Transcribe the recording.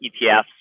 ETFs